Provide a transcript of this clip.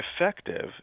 effective